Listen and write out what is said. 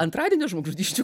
antradienį žmogžudysčių